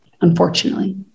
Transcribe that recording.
unfortunately